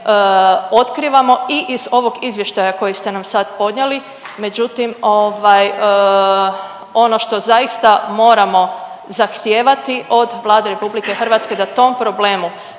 otkrivamo i iz ovog izvještaja koji ste nam sad podnijeli međutim ovaj ono što zaista moramo zahtijevati od Vlade RH da tom problemu,